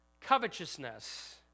Covetousness